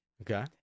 Okay